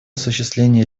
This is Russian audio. осуществления